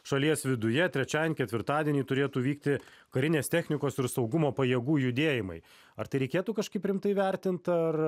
šalies viduje trečiadienį ketvirtadienį turėtų vykti karinės technikos ir saugumo pajėgų judėjimai ar tai reikėtų kažkaip rimtai vertint ar